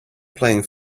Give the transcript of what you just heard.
playing